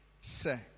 say